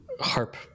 harp